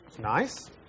nice